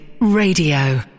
Radio